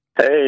Hey